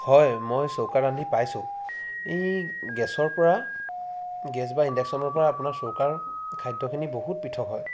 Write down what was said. হয় মই চৌকাত ৰান্ধি পাইছোঁ এই গেছৰপৰা গেছ বা ইণ্ডাকশ্যনৰপৰা আপোনাৰ চৌকাৰ খাদ্যখিনি বহুত পৃথক হয়